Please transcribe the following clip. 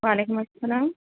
وعلیکم السلام